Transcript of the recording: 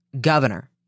governor